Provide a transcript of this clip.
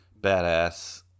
badass